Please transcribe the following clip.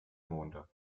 monde